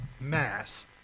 mass